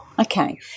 Okay